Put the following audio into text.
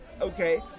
okay